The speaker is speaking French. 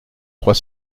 trois